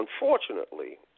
unfortunately